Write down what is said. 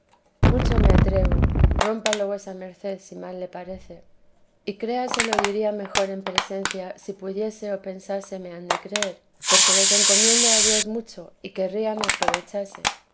mucho me atrevo rómpalo vuesa merced si mal le parece y crea se lo diría mejor en presencia si pudiese o pensase me han de creer porque los encomiendo a dios mucho y querría me aprovechase